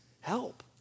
Help